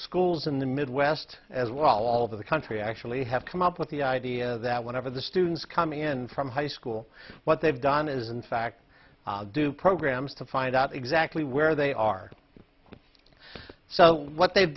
schools in the midwest as well all over the country actually have come up with the idea that whenever the students coming in from high school what they've done is in fact do programs to find out exactly where they are so what they've